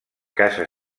casa